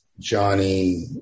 Johnny